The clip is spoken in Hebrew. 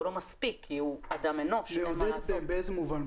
לא מספיק כי הוא אדם אנוש --- יעודד באיזה מובן?